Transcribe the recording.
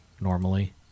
normally